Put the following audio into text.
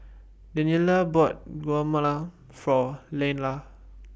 Daniele bought Guacamole For Leyla